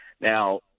now